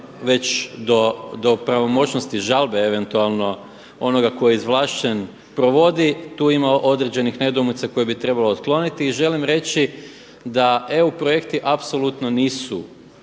već do pravomoćnosti žalbe eventualno onoga tko je izvlašćen provodi, tu ima određenih nedoumica koje bi trebalo otkloniti i želim reći da eu projekti apsolutno nisu